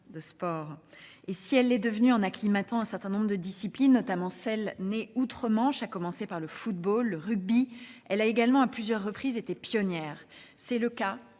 de sport. Et si elle l'est devenue en acclimatant un certain nombre de disciplines, notamment celle née outre-manche, à commencer par le football, le rugby, elle a également à plusieurs reprises été pionnière. C'est le cas